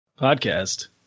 podcast